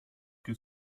que